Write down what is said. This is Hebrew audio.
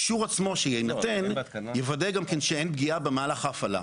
שהאישור שיינתן יוודא שגם אין פגיעה במהלך ההפעלה.